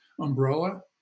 umbrella